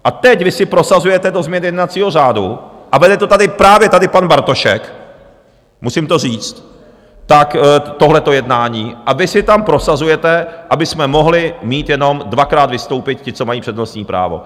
A teď vy si prosazujete do změny jednacího řádu, a vede to tady právě pan Bartošek, musím to říct, tohleto jednání, tak vy si tam prosazujete, abychom mohli jenom dvakrát vystoupit ti, co mají přednostní právo.